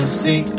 see